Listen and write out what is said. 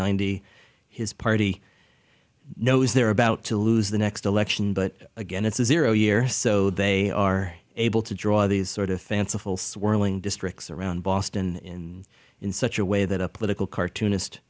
ninety his party knows they're about to lose the next election but again it's a zero year so they are able to draw these sort of fanciful swirling districts around boston in in such a way that a political cartoonist